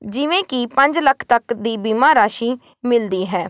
ਜਿਵੇਂ ਕਿ ਪੰਜ ਲੱਖ ਤੱਕ ਦੀ ਬੀਮਾ ਰਾਸ਼ੀ ਮਿਲਦੀ ਹੈ